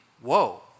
Whoa